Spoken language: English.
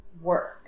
work